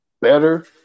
better